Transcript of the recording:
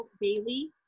daily